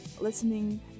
listening